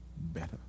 better